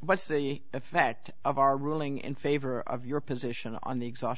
what's the effect of our ruling in favor of your position on the exhaust